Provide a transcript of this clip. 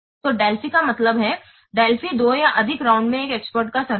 तो डेल्फी का मतलब है डेल्फी दो या अधिक राउंड में एक एक्सपर्ट का सर्वे है